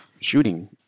shooting